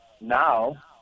now